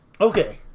Okay